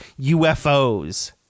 ufos